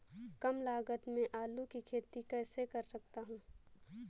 कम लागत में आलू की खेती कैसे कर सकता हूँ?